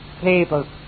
table